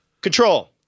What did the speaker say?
Control